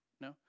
No